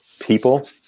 people